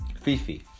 Fifi